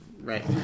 Right